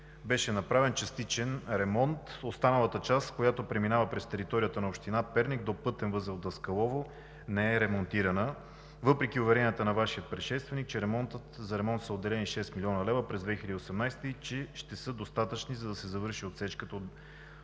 беше направен частичен ремонт. Останалата част, която преминава през територията на община Перник до пътен възел Даскалово, не е ремонтирана, въпреки уверенията на Вашия предшественик, че за ремонт са отделени 6 млн. лв. през 2018 г. и че ще са достатъчни, за да се завърши отсечката от